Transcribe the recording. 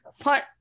put